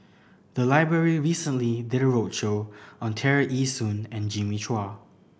the library recently did a roadshow on Tear Ee Soon and Jimmy Chua